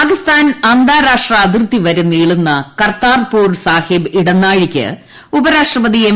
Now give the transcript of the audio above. പാകിസ്ഥാൻ അന്താരാഷ്ട്ര അതിർത്തി വരെ നീളുന്ന കർത്താർപൂർ സാഹിബ് ഇടനാഴിക്ക് ഉപരാഷ്ട്രപതി എം